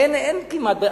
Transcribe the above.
אין כמעט.